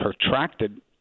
protracted